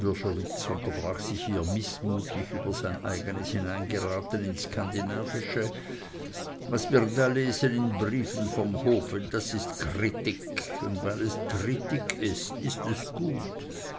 unterbrach sich hier mißmutig über sein eignes hineingeraten ins skandinavische was wir da lesen in briefen vom hofe das ist krittikk und weil es krittikk ist ist es gutt